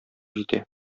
җитә